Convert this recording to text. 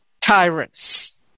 tyrants